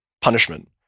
punishment